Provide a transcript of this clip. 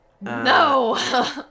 No